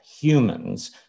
humans